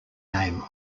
name